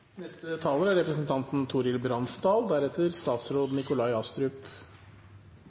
Neste taler er representanten